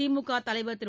திமுக தலைவர் திரு